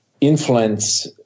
influence